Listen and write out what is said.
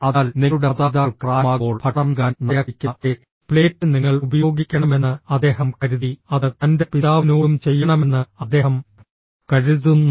അതിനാൽ നിങ്ങളുടെ മാതാപിതാക്കൾക്ക് പ്രായമാകുമ്പോൾ ഭക്ഷണം നൽകാൻ നായ കഴിക്കുന്ന അതേ പ്ലേറ്റ് നിങ്ങൾ ഉപയോഗിക്കണമെന്ന് അദ്ദേഹം കരുതി അത് തൻ്റെ പിതാവിനോടും ചെയ്യണമെന്ന് അദ്ദേഹം കരുതുന്നു